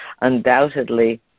undoubtedly